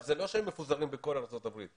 זה לא שהם מפוזרים בכל ארצות הברית.